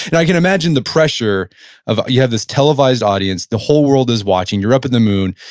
and i can imagine the pressure of, you have this televised audience, the whole world is watching, you're up in the moon,